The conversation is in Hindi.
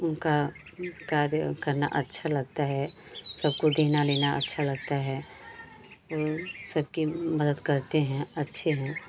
उनका कार्य करना अच्छा लगता है सबको देना लेना अच्छा लगता है वे सबकी मदद करते हैं अच्छे हैं